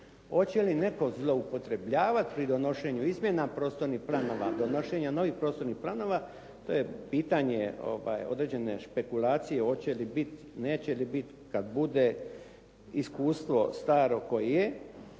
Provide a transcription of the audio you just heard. Hoće li netko zloupotrebljavati pri donošenju izmjena prostornih planova, kod donošenja novih prostornih planova, to je pitanje određene špekulacije hoće li biti, neće li biti, kada bude iskustvo staro koje je,